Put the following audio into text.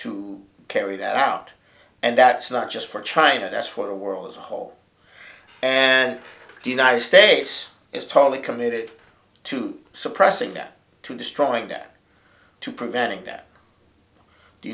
to carry that out and that's not just for china that's for the world as a whole and the united states is totally committed to suppressing that to destroying that to preventing that the